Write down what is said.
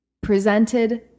presented